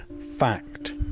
fact